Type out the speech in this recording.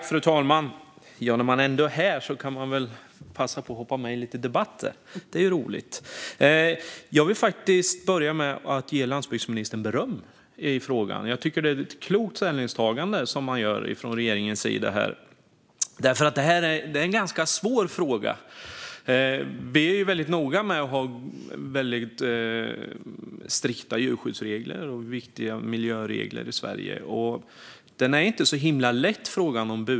Fru talman! När man ändå är här kan man väl passa på att hoppa med i lite debatter. Det är ju roligt. Jag vill faktiskt börja med att ge landsbygdsministern beröm i frågan. Jag tycker att detta är ett klokt ställningstagande från regeringen. Det här är en ganska svår fråga. Vi är ju väldigt noga med att ha strikta djurskyddsregler och miljöregler i Sverige, men frågan om burhöns är inte så himla lätt.